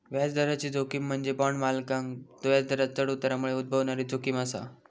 व्याजदराची जोखीम म्हणजे बॉण्ड मालकांका व्याजदरांत चढ उतारामुळे उद्भवणारी जोखीम असा